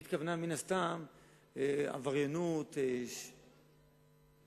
היא התכוונה מן הסתם לעבריינות, לעוינות.